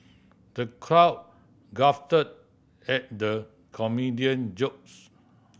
the crowd guffawed at the comedian jokes